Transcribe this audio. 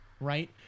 right